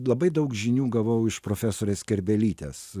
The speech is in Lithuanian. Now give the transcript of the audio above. labai daug žinių gavau iš profesorės kerbelytės